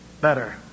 better